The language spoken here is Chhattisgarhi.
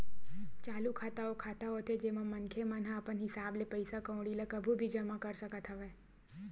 चालू खाता ओ खाता होथे जेमा मनखे मन ह अपन हिसाब ले पइसा कउड़ी ल कभू भी जमा कर सकत हवय